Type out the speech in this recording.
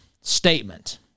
statement